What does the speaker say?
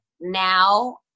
now